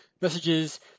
messages